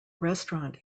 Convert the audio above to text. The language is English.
restaurant